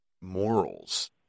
morals